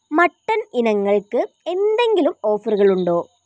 mutton ഇനങ്ങൾക്ക് എന്തെങ്കിലും ഓഫറുകൾ ഉണ്ടോ